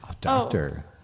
Doctor